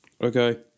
Okay